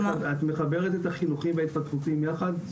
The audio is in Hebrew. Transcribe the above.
מחברת את החינוכיים וההתפתחותיים יחד,